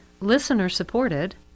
listener-supported